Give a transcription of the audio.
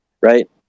right